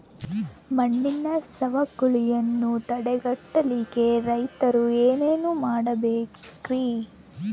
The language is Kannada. ಮಣ್ಣಿನ ಸವಕಳಿಯನ್ನ ತಡೆಗಟ್ಟಲಿಕ್ಕೆ ರೈತರು ಏನೇನು ಮಾಡಬೇಕರಿ?